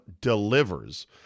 delivers